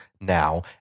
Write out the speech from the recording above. now